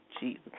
Jesus